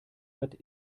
hat